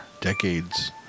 decades